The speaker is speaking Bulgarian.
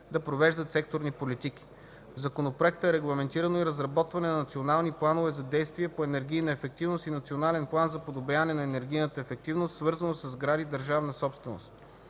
да провеждат секторни политики. В законопроекта е регламентирано и разработване на национални планове за действие по енергийна ефективност и национален план за подобряване на енергийната ефективност, свързано със сгради – държавна собственост.